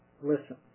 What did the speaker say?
listen